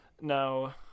now